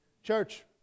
Church